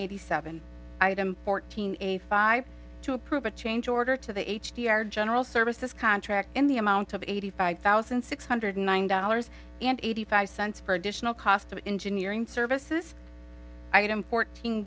eighty seven item fourteen a five to approve a change order to the h d r general services contract in the amount of eighty five thousand six hundred nine dollars and eighty five cents for additional cost of engineering services item fourteen